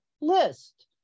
list